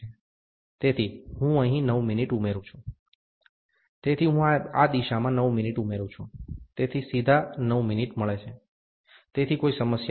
તેથી હું અહીં 9' ઉમેરું છું તેથી હું આ દિશામાં 9' ઉમેરું છું તેથી સીધા 9' મળે છે તેથી કોઈ સમસ્યા નથી